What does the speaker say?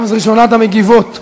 אז ראשונת המגיבות,